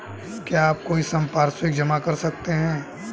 क्या आप कोई संपार्श्विक जमा कर सकते हैं?